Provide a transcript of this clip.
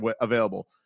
available